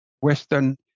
Western